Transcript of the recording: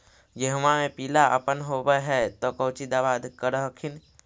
गोहुमा मे पिला अपन होबै ह तो कौची दबा कर हखिन?